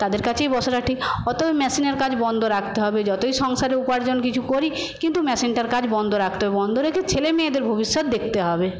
তাদের কাছেই বসাটা ঠিক অতএব মেশিনের কাজ বন্ধ রাখতে হবে যতই সংসারের উপার্জন কিছু করি কিন্তু মেশিনটার কাজ বন্ধ রাখতে হবে বন্ধ রেখে ছেলে মেয়েদের ভবিষ্যৎ দেখতে হবে